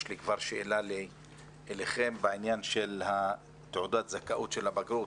יש לי שאלה אליכם בעניין של תעודת הזכאות של הבגרות.